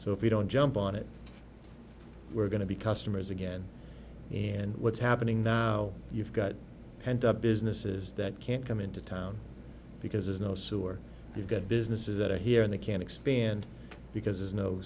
so if we don't jump on it we're going to be customers again and what's happening now you've got pent up businesses that can't come into town because there's no sewer you've got businesses that are here and they can expand because knows there's